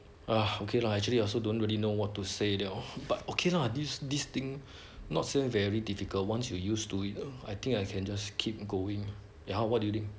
ah okay lah actually I also don't really know what to say liao but okay lah this this thing not say very difficult once you use to it I think I can just keep going eh what do you think